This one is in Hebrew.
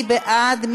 מי בעד?